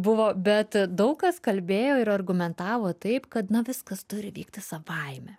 buvo bet daug kas kalbėjo ir argumentavo taip kad viskas turi vykti savaime